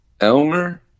Elmer